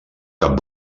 cap